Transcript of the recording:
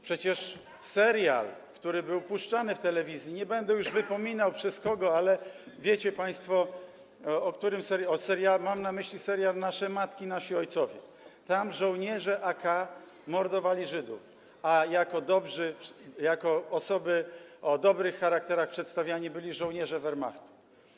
Przecież był serial puszczony w telewizji - nie będę już wypominał przez kogo, ale wiecie państwo - mam na myśli serial „Nasze matki i nasi ojcowie”, a tam żołnierze AK mordowali Żydów, a jako dobrzy, jako osoby o dobrych charakterach przedstawiani byli żołnierze Wehrmachtu.